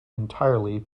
entirely